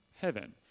heaven